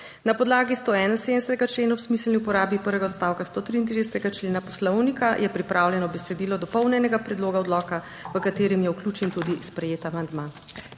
Na podlagi 171. člena. Ob smiselni uporabi prvega odstavka 133. člena Poslovnika je pripravljeno besedilo dopolnjenega predloga odloka v katerem je vključen tudi sprejeti amandma.